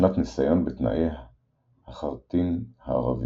לשנת ניסיון בתנאי "החרתים" הערבים.